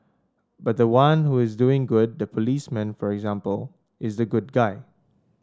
but the one who is doing good the policeman for example is the good guy